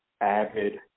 avid